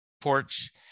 porch